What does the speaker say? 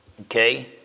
Okay